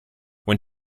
when